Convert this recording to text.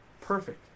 perfect